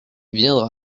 viendra